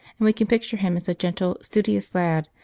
and we can picture him as a gentle, studious lad,